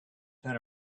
turn